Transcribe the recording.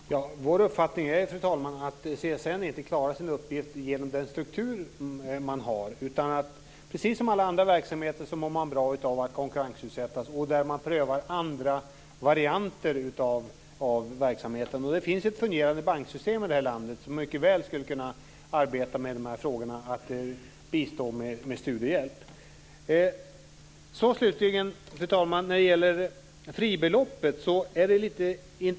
Fru talman! Vår uppfattning är att CSN inte klarar sin uppgift på grund av rådande struktur. Precis som alla andra verksamheter mår CSN bra av att konkurrensutsättas. För övrigt finns det andra varianter av verksamheter. Det finns ett fungerande banksystem i det här landet som mycket väl skulle kunna arbeta med de här frågorna, dvs. att bistå med studiehjälp. Fru talman! Slutligen var det frågan om fribeloppet.